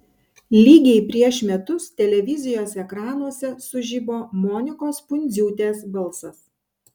lygiai prieš metus televizijos ekranuose sužibo monikos pundziūtės balsas